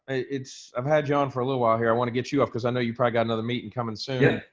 it's i've had john for a little while here, i wanna get you up cause i know you probably got another meeting coming soon. yeah.